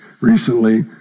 recently